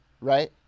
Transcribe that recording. Right